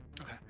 Okay